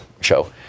show